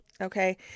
Okay